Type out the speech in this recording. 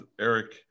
Eric